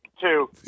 two